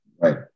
Right